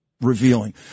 revealing